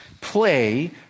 play